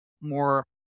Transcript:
more